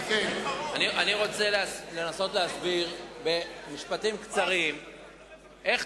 אני רוצה לנסות להסביר במשפטים קצרים איך